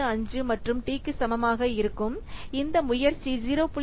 75 மற்றும் டி க்கு சமமாக இருக்கும் இந்த முயற்சி 0